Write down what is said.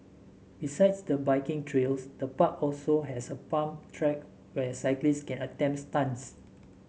besides the biking trails the park also has a pump track where cyclists can attempt stunts